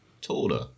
taller